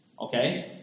Okay